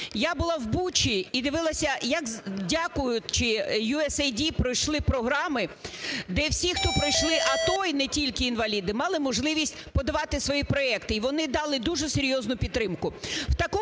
Я була в Бучі і дивилася, як, дякуючиUSAID пройшли програми, де всі, хто пройшли АТО, і не тільки інваліди, мали можливість подавати свої проекти. І вони дали дуже серйозну підтримку.